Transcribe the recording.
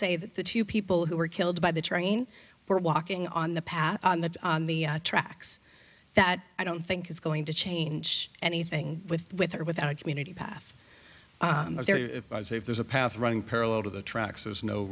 say that the two people who were killed by the train were walking on the path that the tracks that i don't think is going to change anything with with or without a community path there is if there's a path running parallel to the trucks there's no